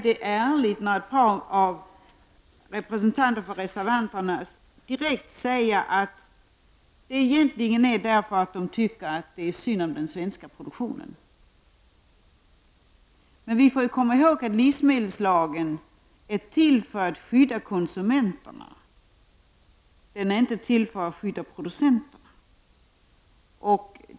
Det är ärligt när några av reservanterna säger att man vill ha dessa bestämmelser för att det är synd om den svenska produktionen. Men vi får komma ihåg att livsmedelslagen är till för att skydda konsumenterna. Den är inte till för att skydda producenterna.